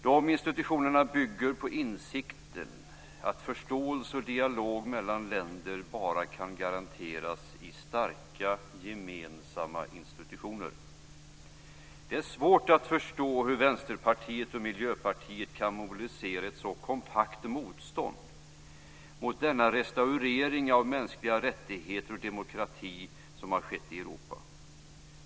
De institutionerna bygger på insikten att förståelse och dialog mellan länder bara kan garanteras i starka gemensamma institutioner. Det är svårt att förstå hur Vänsterpartiet och Miljöpartiet kan mobilisera ett så kompakt motstånd mot den restaurering av mänskliga rättigheter och demokrati som har skett i Europa.